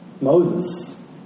Moses